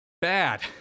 bad